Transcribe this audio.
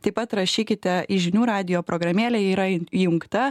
taip pat rašykite į žinių radijo programėlę ji yra įjungta